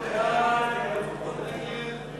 סעיף 40(23) נתקבל.